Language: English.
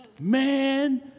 Man